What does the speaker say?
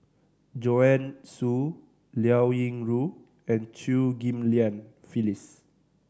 Joanne Soo Liao Yingru and Chew Ghim Lian Phyllis